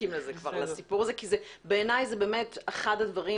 מחכים לזה כי בעיניי זה באמת אחד הדברים